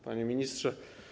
Panie Ministrze!